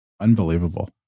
Unbelievable